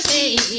a